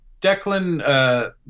Declan